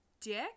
dick